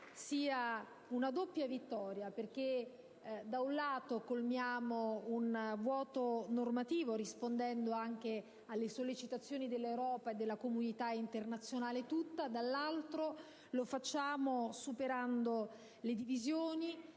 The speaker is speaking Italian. sia una doppia vittoria: da un lato colmiamo un vuoto normativo, rispondendo anche alle sollecitazioni dell'Europa e della comunità internazionale tutta, dall'altro lo facciamo superando le divisioni